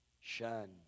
shun